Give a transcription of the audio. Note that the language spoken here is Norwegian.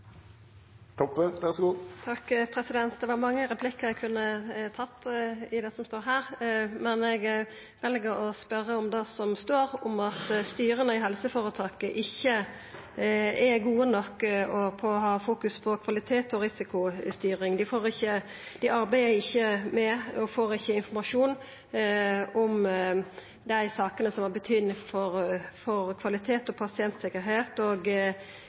Det var mange replikkar eg kunne ha tatt ut frå det som står her, men eg vel å spørja om det som står om at styra i heleføretaka ikkje er gode nok på å fokusera på kvalitet og risikostyring. Dei arbeider ikkje med og får ikkje informasjon om dei sakene som har betydning for kvalitet og pasientsikkerheit, og